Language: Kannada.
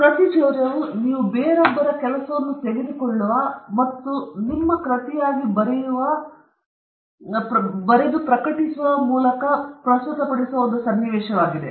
ಕೃತಿಚೌರ್ಯವು ನೀವು ಬೇರೊಬ್ಬರ ಕೆಲಸವನ್ನು ತೆಗೆದುಕೊಳ್ಳುವ ಮತ್ತು ನಿಮ್ಮ ಕೃತಿಯಾಗಿ ಬರೆಯುವ ಅಥವಾ ಪ್ರಕಟಿಸುವ ಮೂಲಕ ಅದನ್ನು ಪ್ರಕಟಿಸುವ ಮೂಲಕ ಪ್ರಸ್ತುತಪಡಿಸುವ ಒಂದು ಸನ್ನಿವೇಶವಾಗಿದೆ